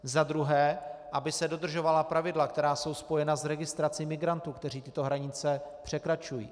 2. aby se dodržovala pravidla, která jsou spojena s registrací migrantů, kteří tyto hranice překračují;